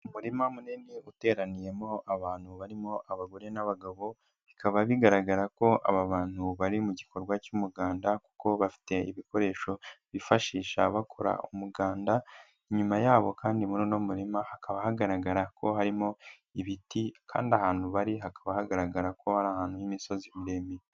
Umurima munini uteraniyemo abantu barimo abagore n'abagabo bikaba bigaragara ko aba bantu bari mu gikorwa cy'umuganda kuko bafite ibikoresho bifashisha bakora umuganda. Inyuma yabo kandi muruno murima hakaba hagaragara ko harimo ibiti kandi ahantu bari hakaba hagaragara ko ari ahantu h'imisozi miremire.